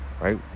Right